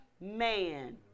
man